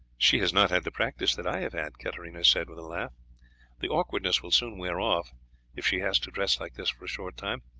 she has not had the practice that i have had, katarina said with a laugh the awkwardness will soon wear off if she has to dress like this for a short time.